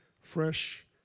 fresh